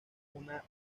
una